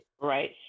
right